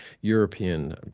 European